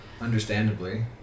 understandably